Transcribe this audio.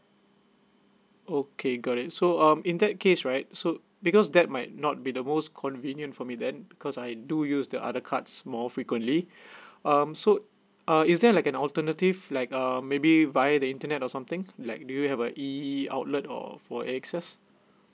okay got it so um in that case right so because that might not be the most convenient for me then cause I do use the other cards more frequently uh so uh is there like an alternative like uh maybe via the internet or something like do you have uh E outlet or for A_X_S